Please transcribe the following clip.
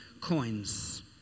coins